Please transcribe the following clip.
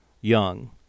young